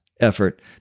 effort